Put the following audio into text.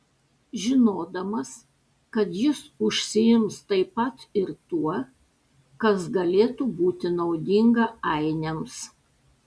žinodamas kad jis užsiims taip pat ir tuo kas galėtų būti naudinga ainiams